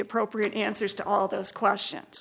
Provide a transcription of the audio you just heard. appropriate answers to all those questions